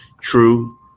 True